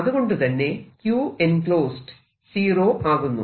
അതുകൊണ്ടുതന്നെ q enclosed zero ആകുന്നു